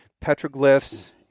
petroglyphs